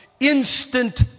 Instant